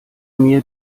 mir